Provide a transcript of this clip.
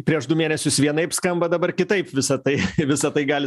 prieš du mėnesius vienaip skamba dabar kitaip visa tai visa tai gali